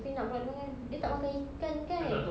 tapi nak buat itu kan dia tak makan ikan kan